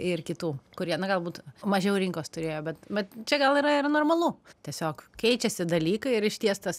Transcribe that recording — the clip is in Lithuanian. ir kitų kurie na galbūt mažiau rinkos turėjo bet bet čia gal yra ir normalu tiesiog keičiasi dalykai ir išties tos